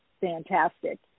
fantastic